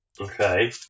Okay